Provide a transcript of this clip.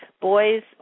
boys